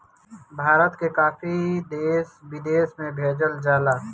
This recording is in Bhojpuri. भारत के काफी देश विदेश में भेजल जाला